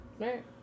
Right